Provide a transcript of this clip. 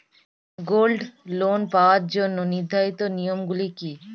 Gold loan পাওয়ার জন্য নির্ধারিত নিয়ম গুলি কি?